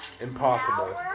Impossible